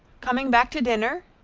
coming back to dinner?